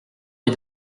des